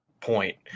point